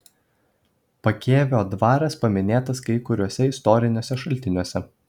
pakėvio dvaras paminėtas kai kuriuose istoriniuose šaltiniuose